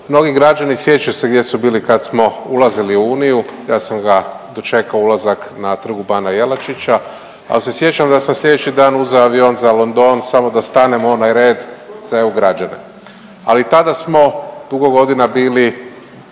Mnogi građani sjećaju se gdje su bili kad smo ulazili u Uniju, ja sam ga dočekao ulazak na Trgu bana Jelačića, ali se sjećam da sam sljedeći dan uzeo avion za London samo da stanem u onaj red za EU građane, ali tada smo dugo godina bili